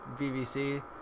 BBC